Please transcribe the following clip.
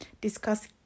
discuss